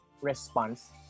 response